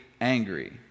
angry